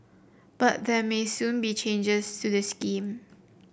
but there may soon be changes to the scheme